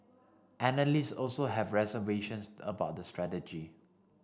analysts also had reservations about the strategy